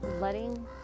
letting